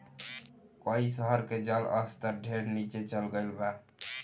कई शहर के जल स्तर ढेरे नीचे चल गईल बा